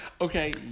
Okay